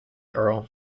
earl